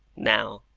now,